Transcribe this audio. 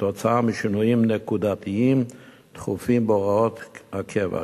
כתוצאה משינויים נקודתיים תכופים בהוראות הקבע,